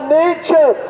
nature